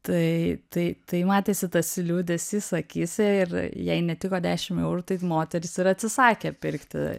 tai tai tai matėsi tas liūdesys akyse ir jai netiko dešim eurų tai moteris ir atsisakė pirkti